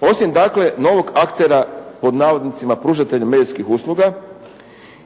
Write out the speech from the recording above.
Osim dakle novog aktera „pružatelja medijskih usluga“